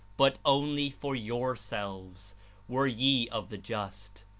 but only for yourselves, were ye of the just.